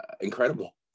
incredible